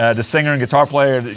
ah the singer and guitar player,